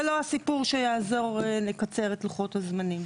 זה לא הסיפור שיעזור לקצר את לוחות הזמנים.